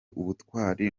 ubutwari